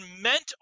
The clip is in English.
meant